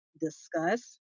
discuss